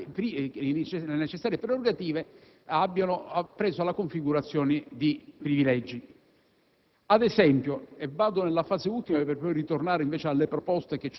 considerare che le necessarie prerogative abbiano preso la configurazione di privilegi.